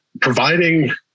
providing